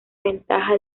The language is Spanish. ventaja